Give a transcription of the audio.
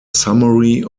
summary